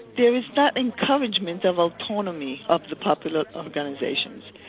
there is not encouragement of autonomy of the popular organisations.